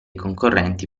concorrenti